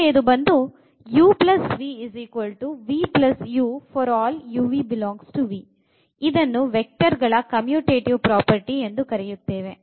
ಮೂರನೆಯದು ಬಂದು for ಇದನ್ನು ವೆಕ್ಟರ್ ಗಳ ಕಮ್ಯೂಟೇಟಿವ್ ಪ್ರಾಪರ್ಟಿ ಎಂದು ಕರೆಯುತ್ತೇವೆ